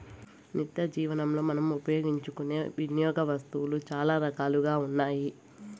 నిత్యజీవనంలో మనం ఉపయోగించుకునే వినియోగ వస్తువులు చాలా రకాలుగా ఉన్నాయి